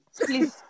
please